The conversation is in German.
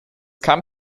kam